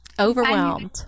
Overwhelmed